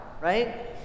right